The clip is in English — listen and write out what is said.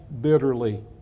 bitterly